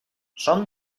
són